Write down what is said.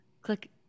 Click